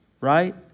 right